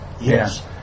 Yes